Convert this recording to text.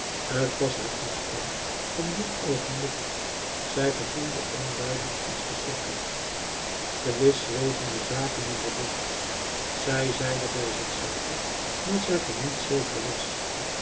t was haar toestand van dien oogenblik zij gevoelde onduidelijk iets verschrikkelijks gewis zweven de zaken in de lucht zij zeide bij zich zelve dat zij van niets zeker was